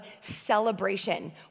celebration